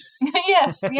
yes